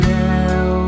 now